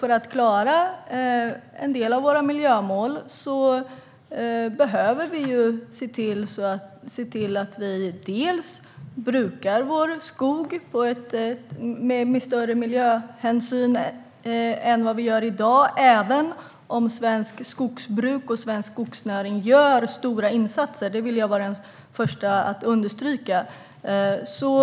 För att klara en del av miljömålen behöver vi bruka vår skog med större miljöhänsyn än i dag, även om svenskt skogsbruk och svensk skogsnäring gör stora insatser. Det är jag den första att understryka.